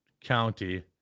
County